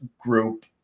group